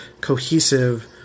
cohesive